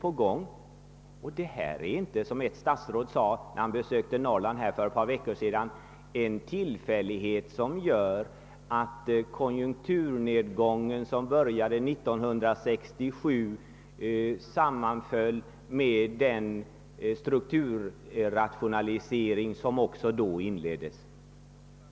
Det förhåller sig inte så, som ett statsråd sade när han för ett par veckor sedan besökte Norrland, att det är en tillfällighet som gör att den konjunkturnedgång som började 1967 sammanföll med den strukturrationalisering som då också inleddes.